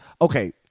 okay